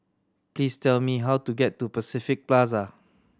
please tell me how to get to Pacific Plaza